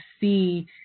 see